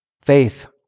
faith